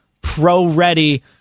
pro-ready